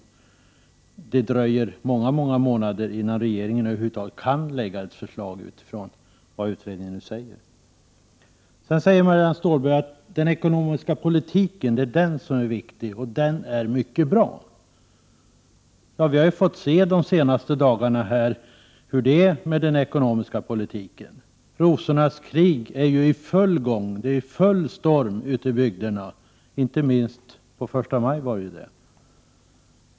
Det dröjer ju många månader innan regeringen över huvud taget kan lägga fram något förslag utifrån utredningens resultat. Sedan säger Marianne Stålberg att det är den ekonomiska politiken som är viktigt och att den är mycket bra. Ja, vi har ju de senaste dagarna fått se hur det står till med den ekonomiska politiken. Rosornas krig är ju i full gång. Det är full storm ute i bygderna. Inte minst första maj var det så.